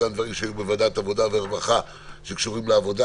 גם דברים שהיו בוועדת העבודה והרווחה שקשורים לעבודה,